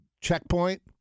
checkpoint